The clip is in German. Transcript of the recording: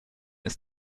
ist